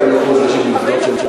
40% נשים במוסדות.